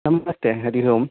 नमस्ते हरि ओम्